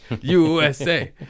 USA